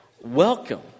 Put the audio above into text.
welcome